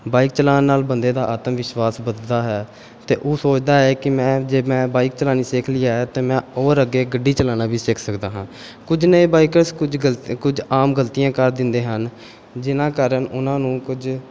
bike ਚਲਾਉਣ ਨਾਲ ਬੰਦੇ ਦਾ ਆਤਮ ਵਿਸ਼ਵਾਸ ਵਧਦਾ ਹੈ ਅਤੇ ਉਹ ਸੋਚਦਾ ਹੈ ਕਿ ਮੈਂ ਜੇ ਮੈਂ ਬਾਈਕ ਚਲਾਉਣੀ ਸਿੱਖ ਲਈ ਹੈ ਤਾਂ ਮੈਂ ਹੋਰ ਅੱਗੇ ਗੱਡੀ ਚਲਾਉਣਾ ਵੀ ਸਿੱਖ ਸਕਦਾ ਹਾਂ ਕੁਝ ਨਵੇਂ ਬਾਈਕਰਸ ਕੁਝ ਗਲਤ ਕੁਝ ਆਮ ਗਲਤੀਆਂ ਕਰ ਦਿੰਦੇ ਹਨ ਜਿਨ੍ਹਾਂ ਕਾਰਨ ਉਹਨਾਂ ਨੂੰ ਕੁਝ